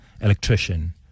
electrician